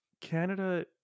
Canada